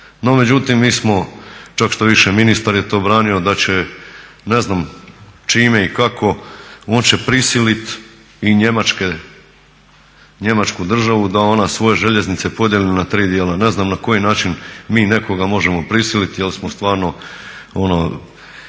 mi smo, čak štoviše ministar je to branio da će ne znam čime i kako moći prisiliti i Njemačku državu da ona svoje željeznice podijeli na tri dijela. Ne znam na koji način mi nekoga možemo prisiliti jer smo stvarno